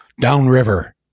downriver